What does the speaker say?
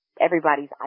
Everybody's